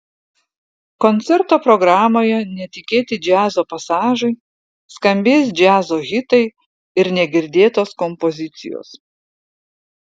koncerto programoje netikėti džiazo pasažai skambės džiazo hitai ir negirdėtos kompozicijos